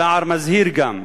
סער מזהיר גם,